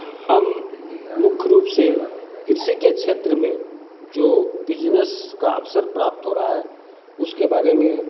हम मुख्य रूप से कृषि के छेत्र में जो बिजनेस का अवसर प्राप्त हो रहा है उसके बारे में